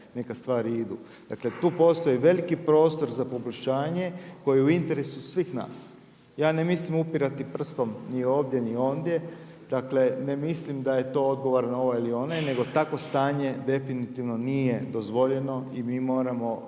Neka stvari idu. Dakle, tu postoji veliki prostor za poboljšanje koji je u interesu svih nas. Ja ne mislim upirati prstom ni ovdje, ni ondje. Dakle, ne mislim da je to odgovor na ovaj ili onaj, nego takvo stanje definitivno nije dozvoljeno i mi moramo